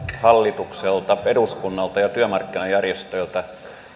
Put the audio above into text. hallitukselta eduskunnalta ja työmarkkinajärjestöiltä